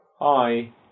Hi